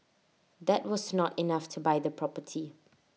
that was not enough to buy the property